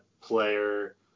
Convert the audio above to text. player